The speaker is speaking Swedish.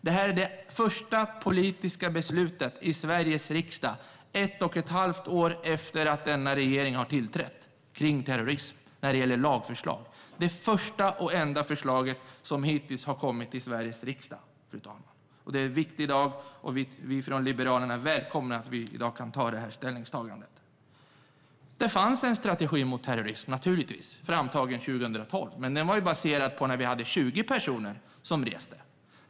Det här är det första politiska beslutet i Sveriges riksdag när det gäller lagförslag kring terrorism, ett och ett halvt år efter att denna regering har tillträtt. Det är det första och hittills enda förslaget som har kommit till Sveriges riksdag, fru talman. Det är en viktig dag, och vi från Liberalerna välkomnar att vi i dag kan göra detta ställningstagande. Det fanns naturligtvis en strategi mot terrorism, framtagen 2012. Men den baserades på att 20 personer reste.